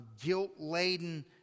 guilt-laden